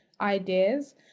ideas